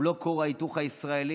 הוא לא כור ההיתוך הישראלי.